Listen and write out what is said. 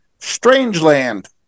Strangeland